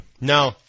No